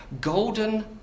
golden